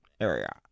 area